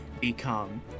become